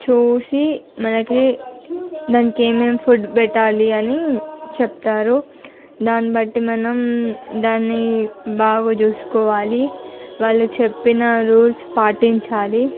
చూసి మనకు దానికి ఏమేమి ఫుడ్ పెట్టాలి అని చెప్తారు దాన్ని బట్టి మనం దాన్ని బాగా చూసుకోవాలి వాళ్ళు చెప్పిన రూల్స్ పాటించాలి